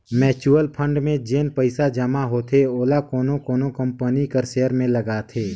mutual fund में जेन पइसा जमा होथे ओला कोनो कोनो कंपनी कर सेयर में लगाथे